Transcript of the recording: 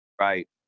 Right